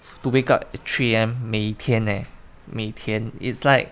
to wake up at three A_M 每天 leh 每天 it's like